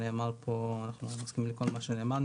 אנחנו מצטרפים לכל מה שנאמר.